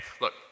look